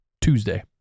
Tuesday